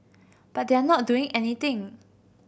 but they are not doing anything